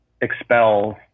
expels